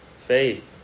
faith